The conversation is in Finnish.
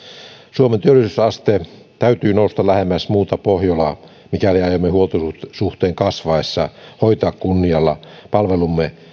suomen työllisyysasteen täytyy nousta lähemmäs muuta pohjolaa mikäli aiomme huoltosuhteen kasvaessa hoitaa kunnialla palvelumme